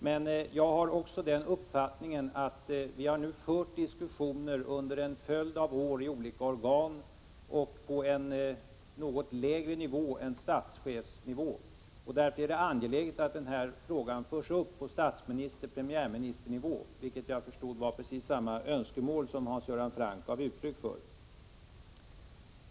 Sedan vi under en följd av år har fört diskussioner i olika organ och på en något lägre nivå än statschefsnivå, är det angeläget att denna fråga nu förs upp på statsministeroch premiärministernivå, vilket vad jag förstod var precis samma önskemål som Hans Göran Franck gav uttryck för.